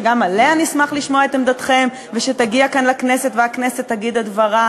שגם עליה נשמח לשמוע את עמדתכם ושתגיע כאן לכנסת והכנסת תגיד את דברה.